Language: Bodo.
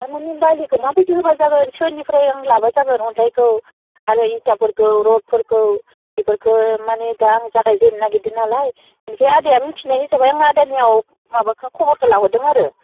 थारमानि बालिखो माबायदि होब्ला जागोन सोरनिफ्राय आं लाब्ला जागोन अन्थाइखौ आरो इथाफोरखौ रडफोरखौ बेफोरखो माने दा आं जागायजेननो नागिरदोंनालाय ओमफ्राय आदाया मिथिनाय हिसाबै आं आदानियाव माबाखो खबरखो लाहरदों आरो